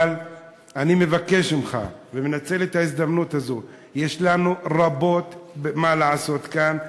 אבל אני מבקש ממך ומנצל את ההזדמנות הזאת: יש לנו רבות מה לעשות כאן,